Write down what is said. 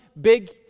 big